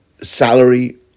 Salary